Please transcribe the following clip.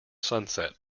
sunset